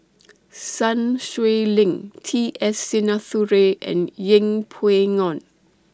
Sun Xueling T S Sinnathuray and Yeng Pway Ngon